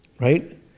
right